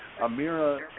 Amira